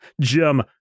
Jim